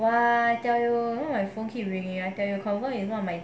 !wah! I tell you you know my phone keep ringing leh I tell you confirm is one of my